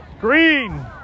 Green